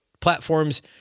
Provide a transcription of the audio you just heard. platforms